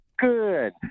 Good